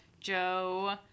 joe